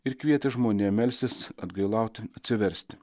ir kvietė žmoniją melstis atgailauti atsiversti